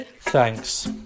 Thanks